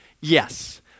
Yes